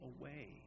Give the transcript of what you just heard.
away